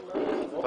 אחד.